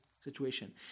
situation